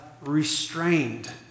restrained